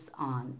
on